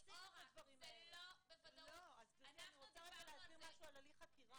אני דיברתי על הליך שאנחנו נמצאים בהליך חקירתי